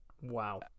Wow